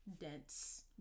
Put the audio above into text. Dense